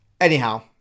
Anyhow